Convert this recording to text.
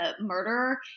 murderer